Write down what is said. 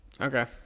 Okay